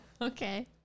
Okay